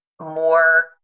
more